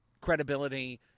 credibility